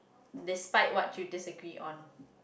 despite what you disagree on